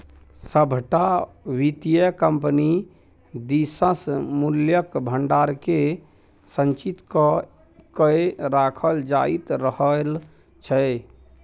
सभटा वित्तीय कम्पनी दिससँ मूल्यक भंडारकेँ संचित क कए राखल जाइत रहल छै